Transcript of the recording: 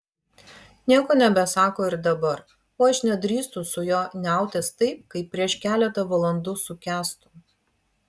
nieko nebesako ir dabar o aš nedrįstu su juo niautis taip kaip prieš keletą valandų su kęstu